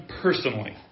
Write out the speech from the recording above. personally